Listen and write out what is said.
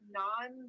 non